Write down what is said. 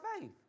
faith